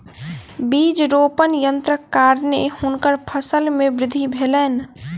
बीज रोपण यन्त्रक कारणेँ हुनकर फसिल मे वृद्धि भेलैन